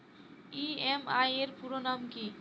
EMI এর পুরোনাম কী?